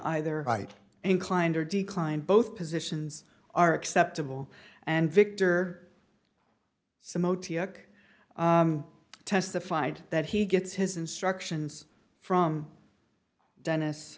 either right inclined or declined both positions are acceptable and victor some o t s testified that he gets his instructions from denis